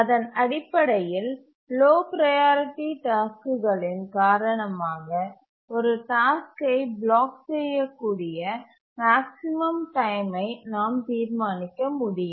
அதன் அடிப்படையில் low priority டாஸ்க்குகளின் காரணமாக ஒரு டாஸ்க்கை பிளாக் செய்யக்கூடிய மேக்ஸிமம் டைமை நாம் தீர்மானிக்க முடியும்